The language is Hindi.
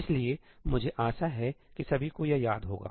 इसलिए मुझे आशा है कि सभी को यह याद होगा